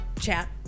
chat